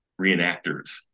reenactors